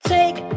Take